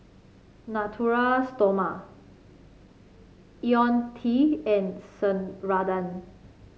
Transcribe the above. Natura Stoma IoniL T and Ceradan